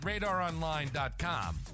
radaronline.com